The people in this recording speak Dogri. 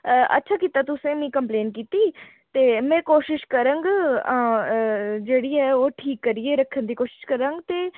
अच्छा कीता तुसें मिगी कंप्लेन कीती ते में कोशिश करङ आं जेह्ड़ी ऐ ओह् ठीक करियै रक्खन दी कोशिश करङ ते